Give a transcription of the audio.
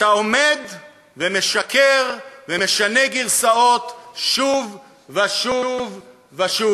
אתה עומד ומשקר ומשנה גרסאות שוב ושוב ושוב,